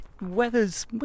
weather's